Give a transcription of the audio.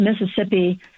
mississippi